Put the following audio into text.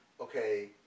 okay